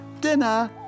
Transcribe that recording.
Dinner